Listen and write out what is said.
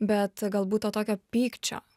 bet galbūt to tokio pykčio